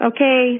Okay